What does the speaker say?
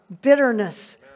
bitterness